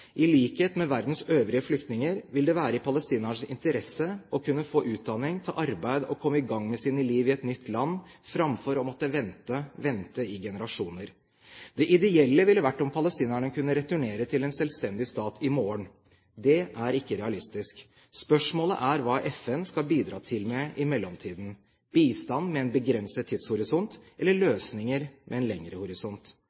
I likhet med verdens øvrige flyktninger vil det være i palestinernes interesse å kunne få utdanning, ta arbeid og komme i gang med sitt liv i et nytt land, framfor å måtte vente – vente i generasjoner. Det ideelle ville vært om palestinerne kunne returnere til en selvstendig stat i morgen. Det er ikke realistisk. Spørsmålet er hva FN skal bidra med i mellomtiden: bistand med en begrenset tidshorisont eller